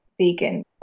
vegan